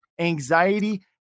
Anxiety